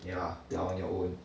yeah you're on your own